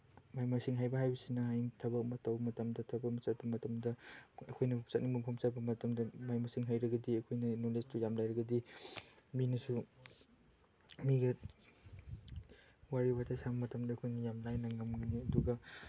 ꯃꯍꯩ ꯃꯁꯤꯡ ꯍꯩꯕ ꯍꯥꯏꯕꯁꯤꯅ ꯍꯌꯦꯡ ꯊꯕꯛ ꯑꯃ ꯇꯧꯕ ꯃꯇꯝꯗ ꯊꯕꯛ ꯑꯃ ꯆꯠꯄ ꯃꯇꯝꯗ ꯑꯩꯈꯣꯏꯅ ꯆꯠꯅꯤꯡꯕ ꯃꯐꯝ ꯆꯠꯄ ꯃꯇꯝꯗ ꯃꯍꯩ ꯃꯁꯤꯡ ꯍꯩꯔꯒꯗꯤ ꯑꯩꯈꯣꯏꯅ ꯅꯣꯂꯦꯖꯇꯨ ꯌꯥꯝ ꯂꯩꯔꯒꯗꯤ ꯃꯤꯅꯁꯨ ꯃꯤꯒ ꯋꯥꯔꯤ ꯋꯥꯇꯥꯏ ꯁꯥꯟꯅꯕ ꯃꯇꯝꯗ ꯑꯩꯈꯣꯏꯅ ꯌꯥꯝ ꯂꯥꯏꯅ ꯉꯝꯒꯅꯤ ꯑꯗꯨꯒ